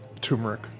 turmeric